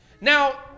Now